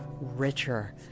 richer